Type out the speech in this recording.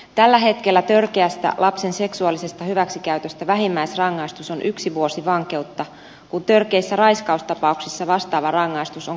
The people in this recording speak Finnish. tällä hetkellä törkeästä lapsen seksuaalisesta hyväksikäytöstä vähimmäisrangaistus on yksi vuosi vankeutta kun törkeissä raiskaustapauksissa vastaava rangaistus on kaksi vuotta